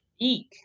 eek